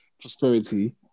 prosperity